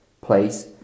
place